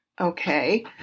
Okay